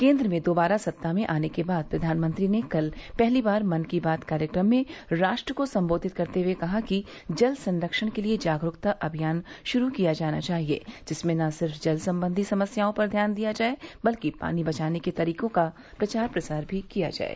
केंद्र में दोबारा सत्ता में आने के बाद प्रधानमंत्री ने कल पहली बार मन की बात कार्यक्रम में राष्ट्र को संबोधित करते हुए कहा कि जल संरक्षण के लिए जागरूकता अभियान शुरू किया जाना चाहिए जिसमें न सिर्फ जल संबंधी समस्याओं पर ध्यान दिया जाये बल्कि पानी बचाने के तरीकों का प्रचार प्रसार भी किया जाये